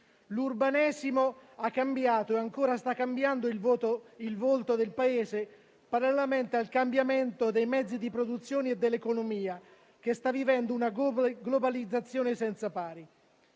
L'urbanesimo ha cambiato, e ancora sta cambiando, il volto del Paese, parallelamente al cambiamento dei mezzi di produzione e dell'economia che sta vivendo una globalizzazione senza pari.